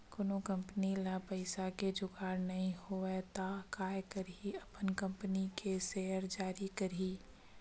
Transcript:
कोनो कंपनी ल पइसा के जुगाड़ नइ होवय त काय करही अपन कंपनी के सेयर जारी करही